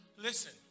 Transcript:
Listen